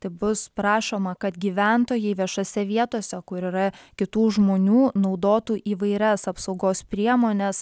tai bus prašoma kad gyventojai viešose vietose kur yra kitų žmonių naudotų įvairias apsaugos priemones